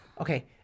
Okay